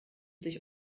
sich